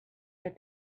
that